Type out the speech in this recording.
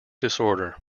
disorder